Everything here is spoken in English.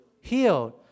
Healed